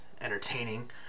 entertaining